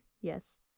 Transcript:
Yes